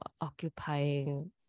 occupying